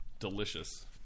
delicious